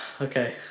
Okay